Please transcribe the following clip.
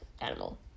animal